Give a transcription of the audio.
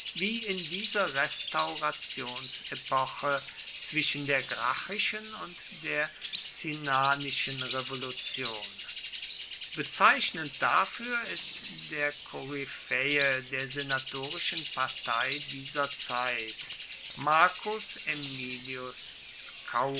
wie in dieser restaurationsepoche zwischen der gracchischen und der cinnanischen revolution bezeichnend dafür ist der koryphäe der senatorischen partei dieser zeit marcus